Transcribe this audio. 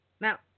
Now